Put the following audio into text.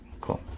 Cool